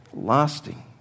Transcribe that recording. lasting